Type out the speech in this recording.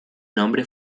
nombre